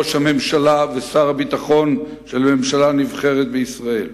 ראש הממשלה ושר הביטחון של ממשלה נבחרת בישראל.